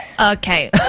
Okay